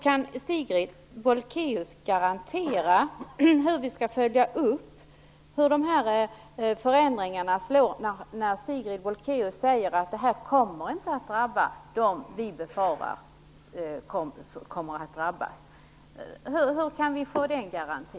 Kan Sigrid Bolkéus lämna en garanti om hur vi skall följa upp detta med hur förändringarna slår? Sigrid Bolkéus säger ju att det här inte kommer att drabba dem som vi befarar kommer att drabbas. Hur kan vi få en sådan garanti?